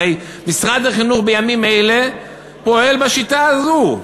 הרי משרד החינוך בימים אלה פועל בשיטה הזאת.